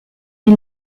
nel